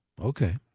Okay